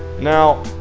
now